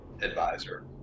advisor